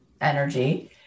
energy